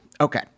Okay